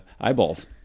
eyeballs